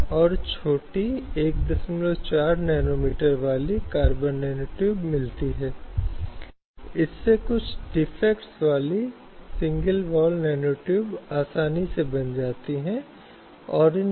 यह अस्वीकार्यता का एक व्यंग्य है एक ऐसा व्यंग्य जहाँ दूसरे समूह को यह स्वीकार करना मुश्किल है कि ये भूमिकाएँ भी निभाई जा सकती हैं ये भूमिकाएँ ये नौकरियाँ हैं इन पदों पर दूसरे समूह द्वारा भी काम किया जा सकता है जो महिलायें हैं